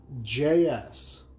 JS